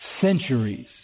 centuries